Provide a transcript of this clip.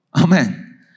Amen